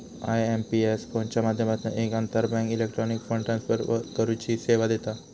IMPS फोनच्या माध्यमातना एक आंतरबँक इलेक्ट्रॉनिक फंड ट्रांसफर करुची सेवा देता